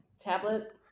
tablet